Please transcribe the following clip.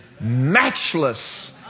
matchless